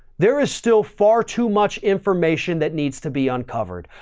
there is still far too much information that needs to be uncovered.